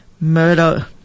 Murder